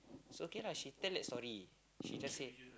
it's okay lah she tell that story she just say